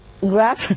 grab